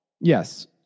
Yes